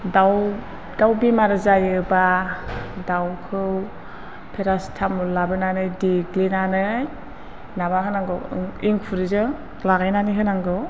दाउ बेमार जायोबा दाउखौ पेरासिटाम'ल लाबोनानै देग्लिनानै माबा होनांगौ एंखुरजों लागायनानै होनांगौ